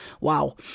Wow